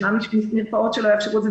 יש מרפאות שלא יאפשרו את זה,